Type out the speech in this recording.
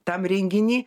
tam renginy